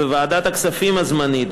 בוועדת הכספים הזמנית,